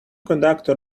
conductor